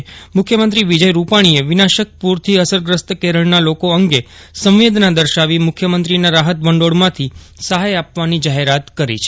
યુખ્યમંત્રી વિજય રૂપાશ્ચીએ વિનાશક પૂરથી અસરગ્રસ્ત કેરળના લોકો અંગે સંવેદના દર્શાવી મુખ્યમંત્રીના રાહત ભંડોળમાંથી સહાય આપવાની જાહેરાત કરી છે